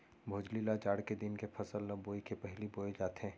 भोजली ल जाड़ के दिन के फसल ल बोए के पहिली बोए जाथे